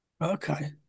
Okay